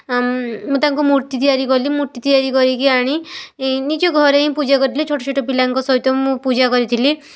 ମୁଁ ତାଙ୍କ ମୂର୍ତ୍ତି ତିଆରି କଲି ମୂର୍ତ୍ତି ତିଆରି କରିକି ଆଣି ନିଜ ଘରେ ହିଁ ପୂଜା କରିଥିଲି ଛୋଟ ଛୋଟ ପିଲାଙ୍କ ସହିତ ମୁଁ ପୂଜା କରିଥିଲି